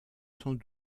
sans